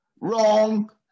wrong